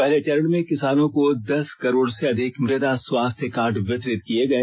पहले चरण में किसानों को दस करोड़ से अधिक मृदा स्वास्थ्य कार्ड वितरित किए गए